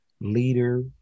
leader